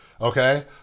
Okay